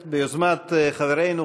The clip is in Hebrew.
4767,